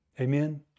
Amen